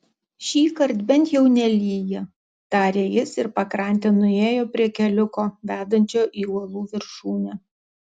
šįkart bent jau nelyja tarė jis ir pakrante nuėjo prie keliuko vedančio į uolų viršūnę